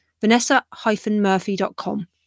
vanessa-murphy.com